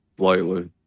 lightly